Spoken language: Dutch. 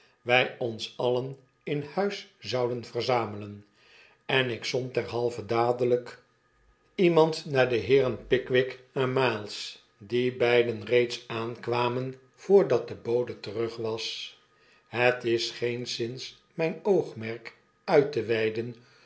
wij ons alien in huis zouden verzamelen en ik zond derhalve dadelyk iemand naar de heeren pickwick en miles die beiden reeds aankwamen voordat de bode terug was het is geenszins myn oogmerk uit te weiden